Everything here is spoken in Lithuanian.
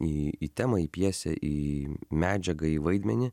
į į temą į pjesę į medžiagą į vaidmenį